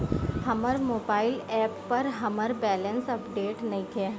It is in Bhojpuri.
हमर मोबाइल ऐप पर हमर बैलेंस अपडेट नइखे